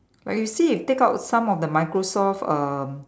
like you see you take up some of the Microsoft um